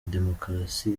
demokarasi